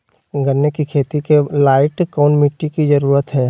गन्ने की खेती के लाइट कौन मिट्टी की जरूरत है?